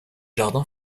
jardins